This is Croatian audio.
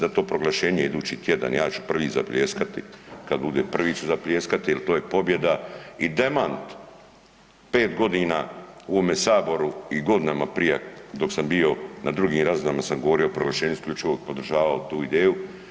Zato proglašenje idući tjedan ja ću prvi zapljeskati kada bude, prvi ću zapljeskati jer to je pobjeda i demant 5 godina u ovome Saboru i godinama prije dok sam bio na drugim razinama sam govorio o proglašenju isključivog, podržavao tu ideju.